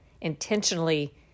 intentionally